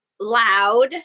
loud